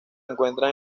encuentran